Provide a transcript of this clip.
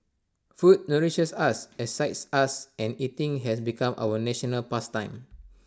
food nourishes us excites us and eating has become our national past time